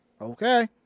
Okay